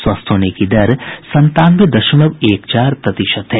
स्वस्थ होने की दर संतानवे दशमलव एक चार प्रतिशत है